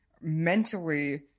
mentally